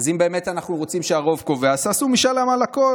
אז אם באמת אנחנו רוצים "הרוב קובע" אז תעשו משאל עם על הכול.